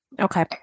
Okay